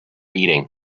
eating